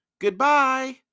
Goodbye